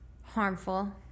harmful